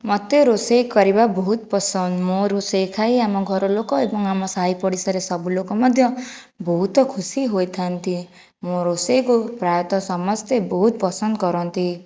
ମୋତେ ରୋଷେଇ କରିବା ବହୁତ ପସନ୍ଦ ମୋ ରୋଷେଇ ଖାଇ ଆମ ଘରଲୋକ ଏବଂ ଆମ ସାହି ପଡ଼ିଶାରେ ସବୁ ଲୋକ ମଧ୍ୟ ବହୁତ ଖୁସି ହୋଇଥାନ୍ତି ମୋ ରୋଷେଇକୁ ପ୍ରାୟତଃ ସମସ୍ତେ ବହୁତ ପସନ୍ଦ କରନ୍ତି